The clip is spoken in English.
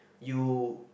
you